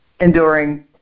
enduring